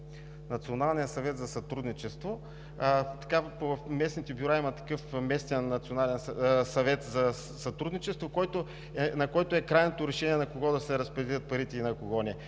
Националния съвет за сътрудничество. В местните бюра има такъв съвместен Национален съвет за сътрудничество, на който е крайното решение на кого да се разпределят парите и на кого не.